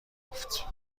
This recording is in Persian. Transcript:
نگفت